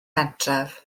pentref